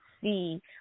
see